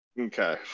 Okay